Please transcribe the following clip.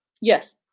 Yes